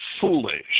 foolish